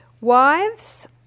Wives